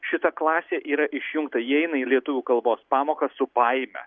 šita klasė yra išjungta ji eina į lietuvių kalbos pamokas su baime